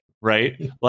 right